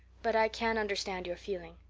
but i can understand your feeling.